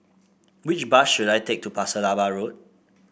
which bus should I take to Pasir Laba Road